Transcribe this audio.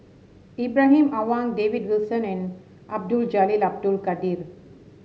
Ibrahim Awang David Wilson and Abdul Jalil Abdul Kadir